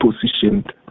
positioned